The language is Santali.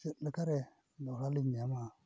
ᱪᱮᱫ ᱞᱮᱠᱟᱨᱮ ᱫᱚᱦᱲᱟ ᱞᱤᱧ ᱧᱟᱢᱟ